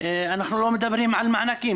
אנחנו לא מדברים על מענקים,